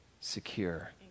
secure